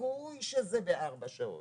סיכוי שזה בארבע שעות.